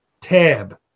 tab